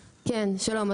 שלום,